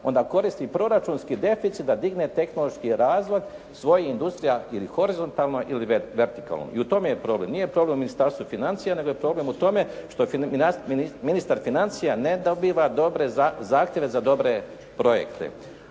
onda koristi proračunski deficit da digne tehnološki razvoj svojih industrija ili horizontalno ili vertikalno i u tome je problem. Nije problem u Ministarstvu financija, nego je problem u tome ministar financija ne dobiva dobre zahtjeve za dobre projekte.